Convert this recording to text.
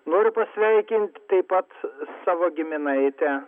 noriu pasveikint taip pat savo giminaitę